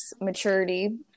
maturity